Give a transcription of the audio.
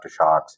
aftershocks